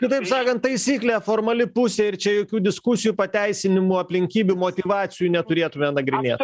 kitaip sakant taisyklė formali pusė ir čia jokių diskusijų pateisinimų aplinkybių motyvacijų neturėtume nagrinėt